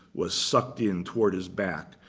was sucked in toward his back.